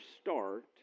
start